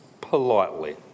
politely